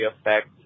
effect